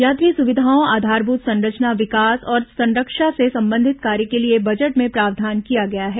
यात्री सुविधाओं आधारभूत संरचना विकास और संरक्षा से संबंधित कार्य के लिए बजट में प्रावधान किया गया है